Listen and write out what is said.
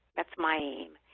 that's my aim.